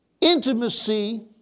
Intimacy